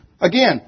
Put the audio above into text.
Again